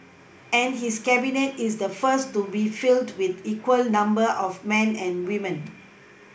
and his Cabinet is the first to be filled with equal number of men and women